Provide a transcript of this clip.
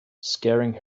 scaring